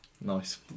Nice